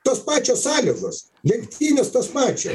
tos pačios sąlygos lenktynės tos pačios